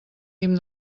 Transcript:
guim